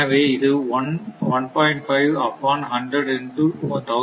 5 upon 100 into 1200 into 100 upon 50 into 1 1